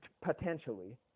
potentially